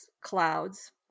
clouds